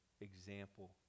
example